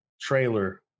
trailer